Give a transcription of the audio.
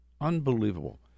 Unbelievable